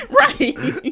right